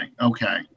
Okay